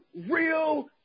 real